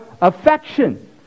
affection